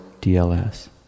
DLS